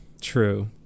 true